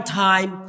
time